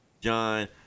John